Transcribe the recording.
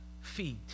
feet